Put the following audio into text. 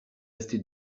resté